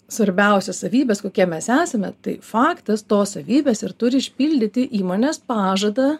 svarbiausias savybes kokie mes esame tai faktas tos savybės ir turi išpildyti įmonės pažadą